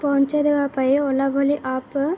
ପହଞ୍ଚାଇ ଦେବା ପାଇଁ ଓଲା ବୋଲି ଆପ୍